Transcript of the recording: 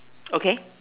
okay